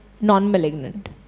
non-malignant